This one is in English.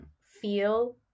feel